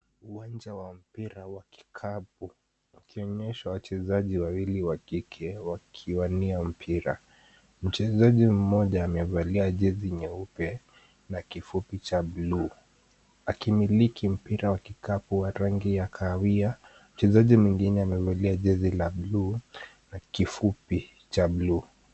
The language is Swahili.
Uwanja wa mpira wa kikapu ukionyesha wachezaji wawili wa kike wakiwania mpira. Mchezaji mmoja amevalia jezi nyeupe na kifupi cha buluu, akimiliki mpira wa kikapu wa rangi ya kahawia. Mchezaji mwingine amevalia jezi la buluu na kifupi cha buluu.